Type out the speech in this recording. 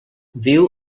viu